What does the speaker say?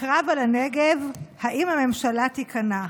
"הקרב על הנגב, האם הממשלה תיכנע?"